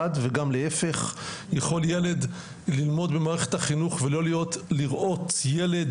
וגם להיפך יכול ילד ללמוד במערכת החינוך ולא לראות ילד,